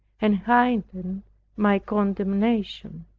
and heighten my condemnation.